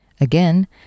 Again